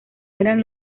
eran